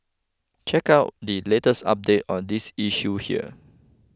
check out the latest update on this issue here